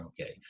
Okay